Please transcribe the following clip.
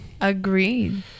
Agreed